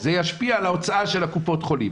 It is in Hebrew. זה ישפיע על ההוצאה של קופות החולים.